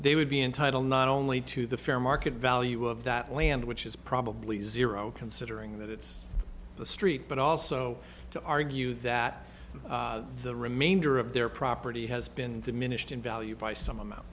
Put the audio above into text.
they would be entitle not only to the fair market value of that land which is probably zero considering that it's the street but also to argue that the remainder of their property has been diminished in value by some